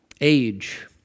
age